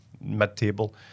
mid-table